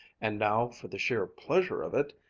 and now, for the sheer pleasure of it,